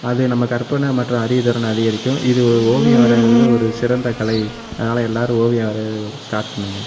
அது நம்ம கற்பனை மற்றும் அறிவு திறனை அதிகரிக்கும் இது ஓ ஓவியம் வரையுறது ஒரு சிறந்த கலை அதனால் எல்லோரும் ஓவியம் வரைய ஸ்டார்ட் பண்ணுங்க